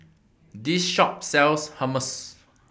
This Shop sells Hummus